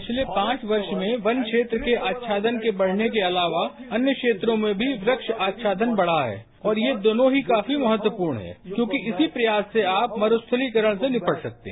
पिछले पांच वर्ष में वन क्षेत्र के आच्छादन के बढ़ने के अलावा अन्य क्षेत्रों में भी वृक्ष आच्छादन बढ़ा है और ये दोनों ही काफी महत्वपूर्ण है क्योंकि इसी प्रयास से आप मरूस्थलीकरण से निपट सकते है